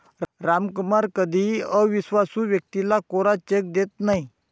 रामकुमार कधीही अविश्वासू व्यक्तीला कोरा चेक देत नाही